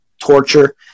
torture